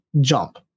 jump